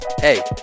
Hey